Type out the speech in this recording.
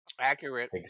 Accurate